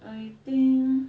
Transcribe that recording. I think